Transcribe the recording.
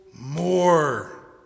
More